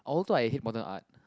although I hate modern art